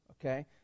okay